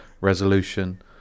resolution